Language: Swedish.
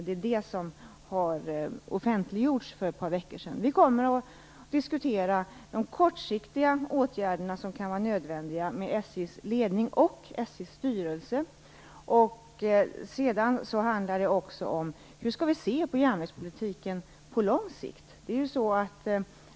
Det är denna som nu för ett par veckor sedan har offentliggjorts. Vi kommer att diskutera de kortsiktiga åtgärder som kan vara nödvändiga med SJ:s ledning och SJ:s styrelse. Sedan handlar det också om hur vi skall se på järnvägspolitiken på lång sikt.